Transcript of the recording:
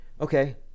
Okay